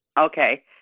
Okay